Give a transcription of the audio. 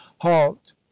halt